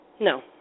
No